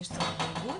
יש צורך בעיגון.